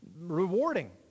rewarding